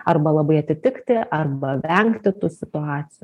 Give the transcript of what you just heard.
arba labai atitikti arba vengti tų situacijų